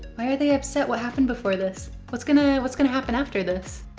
why are they upset? what happened before this? what's gonna, what's gonna happen after this?